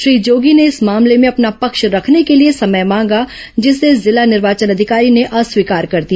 श्री जोगी ने इस मामले में अपना पक्ष रखने के लिए समय मांगा जिसे जिला निर्वाचन अधिकारी ने अस्वीकार कर दिया